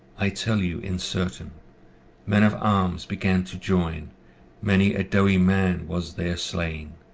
i tell you in certain men of arms began to join many a doughty man was there slain.